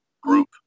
group